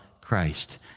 Christ